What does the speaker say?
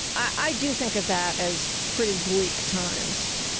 i do think of that as pretty bleak times.